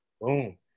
Boom